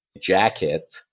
jacket